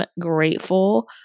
grateful